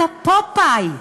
אתה פופאי.